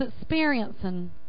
experiencing